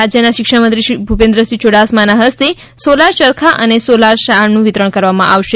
રાજ્યના શિક્ષણ મંત્રી શ્રી ભૂપેન્દ્ર સિંહ યુડાસમાના હસ્તે સોલાર ચરખા અને સોલાર શાળનું વિતરણ કરવામાં આવશે